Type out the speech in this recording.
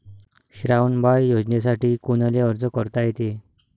श्रावण बाळ योजनेसाठी कुनाले अर्ज करता येते?